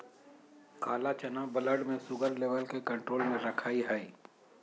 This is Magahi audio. काला चना ब्लड में शुगर लेवल के कंट्रोल में रखैय हइ